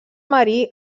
marí